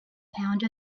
pound